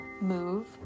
move